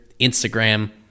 Instagram